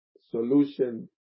solution